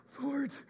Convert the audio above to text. Lord